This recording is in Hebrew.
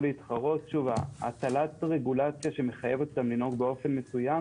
להתחרות - הטלת רגולציה שמחייבת אותם לנהוג באופן מסוים